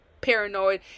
paranoid